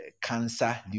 cancer